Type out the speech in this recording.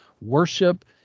worship